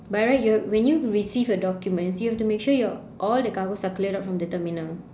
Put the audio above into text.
by right you when you receive a document you have to make sure your all the cargos are cleared out from the terminal